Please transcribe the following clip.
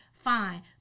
Fine